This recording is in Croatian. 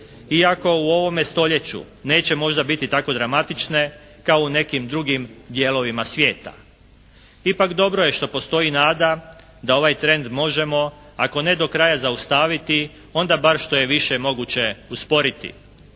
iako u ovome stoljeću neće možda biti tako dramatične kao u nekim drugim dijelovima svijeta. Ipak dobro je što postoji nada da ovaj trend možemo ako ne do kraja zaustaviti onda bar što je više moguće usporiti.